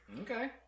Okay